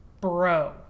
Bro